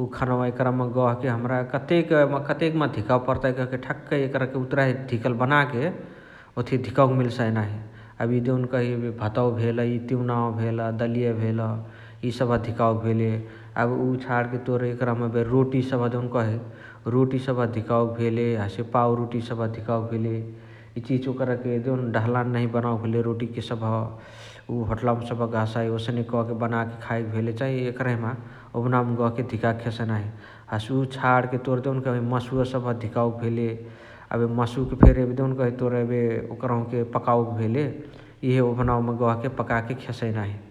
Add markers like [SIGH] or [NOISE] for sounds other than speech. उ खनवा एकरमा गहके हमरा कतेक एबे कतेकमा धिकावे पर्ताइ कहाँके ठ्याकै एकरके उतुराहे धिकल बनाके ओथिया धिकावके मिल्साइ नाही । एबे देउनकही एबे भातवा भेलइ तिउनावा भेल, दलिया भेल इ सबह धिकावके भेले एबे उ छणके तोर एकरामा एबे रोटी सबह देउनकही रोटी सबह धिकावके भेले । हसे पाउरोटी सबह धिकावके भेले । इचिहिची ओकरके डहलान नहिया बनवके भेले रोटिके सबह । उ होटलावमा सबह गहसाइ ओसने कके बनाके खाए भेले चाइ एकरहिमा ओभनअवमा गहके धिकाके केसइ । हसे उ छाणके तोर देउकही मासुवा सबह धिकवके भेले । एबे [NOISE] मासुके देउकही तोर एबे ओकरहुके पकावके भेले इहे ओभनअवमा गहके पकाके खेसइ नाही ।